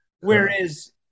Whereas